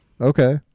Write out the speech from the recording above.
Okay